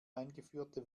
eingeführte